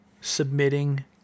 Submitting